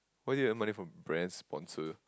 why you have to earn money from brands' sponsor